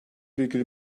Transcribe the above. virgül